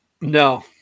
No